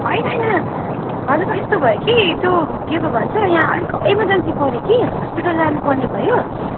होइन होइन हजुर त यस्तो भयो कि त्यो के पो भन्छ यहाँ अलिक इमरजन्सी पर्यो कि हस्पिटल लानुपर्ने भयो